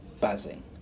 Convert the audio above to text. Buzzing